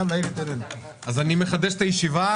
אני מחדש את הישיבה.